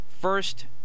first